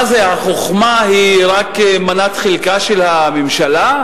מה זה, החוכמה היא רק מנת חלקה של הממשלה?